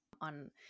on